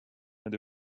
and